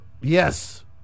yes